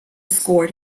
scored